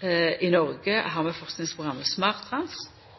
I Noreg